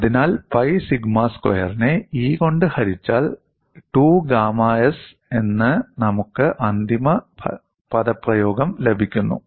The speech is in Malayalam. അതിനാൽ പൈ സിഗ്മ സ്ക്വയറിനെ E കൊണ്ട് ഹരിച്ചാൽ 2 ഗാമ s എന്ന് നമുക്ക് അന്തിമ പദപ്രയോഗം ലഭിക്കുന്നു